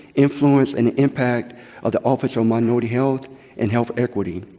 influence, and impact of the office of minority health and health equity.